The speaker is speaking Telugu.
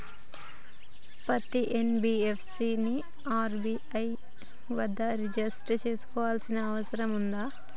పత్తి ఎన్.బి.ఎఫ్.సి ని ఆర్.బి.ఐ వద్ద రిజిష్టర్ చేసుకోవాల్సిన అవసరం ఉందా?